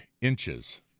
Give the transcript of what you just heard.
inches